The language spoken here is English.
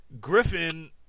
Griffin